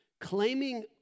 Claiming